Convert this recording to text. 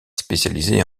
spécialisée